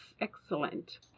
excellent